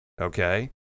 okay